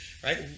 Right